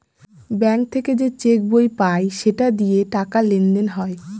bank থেকে যে cheque বই পায় সেটা দিয়ে টাকা লেনদেন হয়